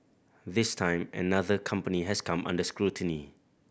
this time another company has come under scrutiny